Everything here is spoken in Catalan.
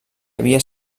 havia